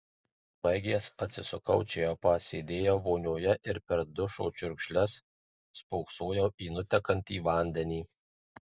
baigęs atsisukau čiaupą sėdėjau vonioje ir per dušo čiurkšles spoksojau į nutekantį vandenį